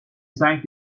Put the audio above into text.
exact